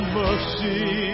mercy